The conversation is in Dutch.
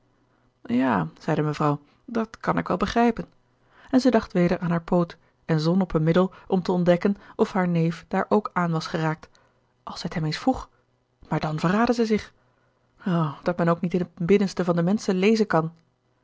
ja zeide mevrouw dat kan ik wel begrijpen en zij dacht weder aan haar poot en zon op een middel om te ontdekken of haar neef daar ook aan was geraakt als zij t hem eens vroeg maar dan verraadde zij zich o dat men ook niet in het binnenste van de menschen lezen kan